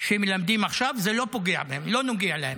ומלמדים עכשיו, זה לא פוגע בהם, לא נוגע להם.